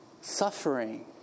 Suffering